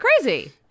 crazy